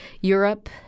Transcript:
Europe